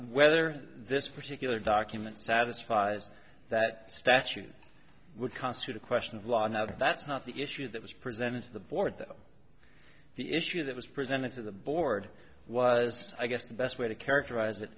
whether this particular document satisfies that statute would constitute a question of law now that's not the issue that was presented to the board the issue that was presented to the board was i guess the best way to characterize it